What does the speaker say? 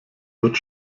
wird